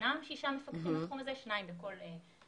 ישנם שישה מפקחים בתחום הזה, שניים בכל מרחב.